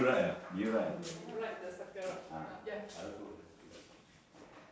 ya they told me not to cut off the phone put the phone on the table